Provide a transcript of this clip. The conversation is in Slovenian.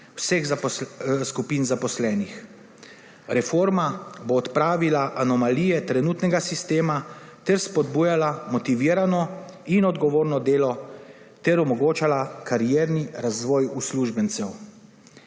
vseh skupin zaposlenih. Reforma bo odpravila anomalije trenutnega sistema ter spodbujala motivirano in odgovorno delo ter omogočala karierni razvoj uslužbencev.